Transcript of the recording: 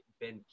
Ben